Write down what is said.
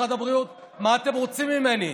משרד הבריאות: מה אתם רוצים ממני?